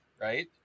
right